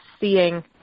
seeing